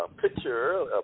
picture